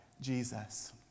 Jesus